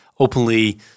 openly